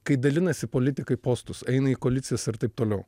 kai dalinasi politikai postus eina į koalicijas ir taip toliau